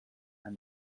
and